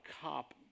cop